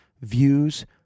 views